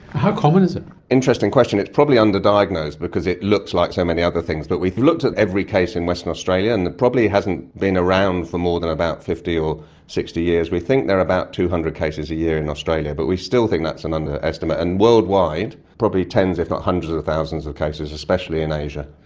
how common is it? an interesting question. it's probably underdiagnosed because it looks like so many other things. but we've looked at every case in western australia, and it probably hasn't been around for more than about fifty or sixty years. we think there are about two hundred cases a year in australia but we still think that's an underestimate, and worldwide, probably tens if not hundreds of thousands of cases, especially in asia.